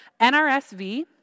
NRSV